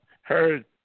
heard